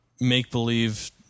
make-believe